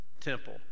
temple